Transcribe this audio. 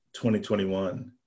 2021